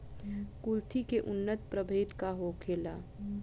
कुलथी के उन्नत प्रभेद का होखेला?